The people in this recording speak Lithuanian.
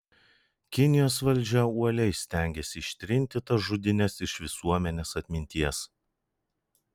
kinijos valdžia uoliai stengėsi ištrinti tas žudynes iš visuomenės atminties